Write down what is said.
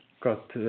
got